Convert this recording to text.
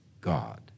God